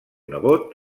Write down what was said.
nebot